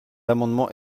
amendement